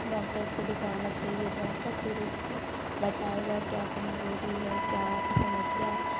doctor को दिखवाना चाहिए डॉक्टर फिर उसके बताएगा क्या कमजोरी है क्या समस्या है